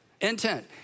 intent